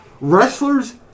Wrestlers